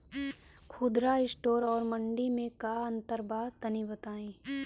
खुदरा स्टोर और मंडी में का अंतर बा तनी बताई?